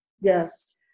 Yes